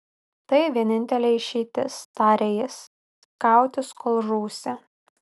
tai vienintelė išeitis tarė jis kautis kol žūsi